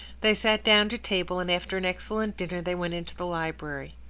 they sat down to table, and after an excellent dinner they went into the library.